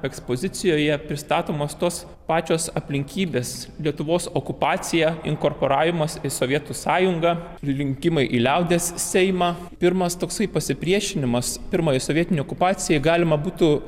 ekspozicijoje pristatomas tos pačios aplinkybės lietuvos okupaciją inkorporavimas į sovietų sąjungą rinkimai į liaudies seimą pirmas toksai pasipriešinimas pirmai sovietinei okupacijai galima būtų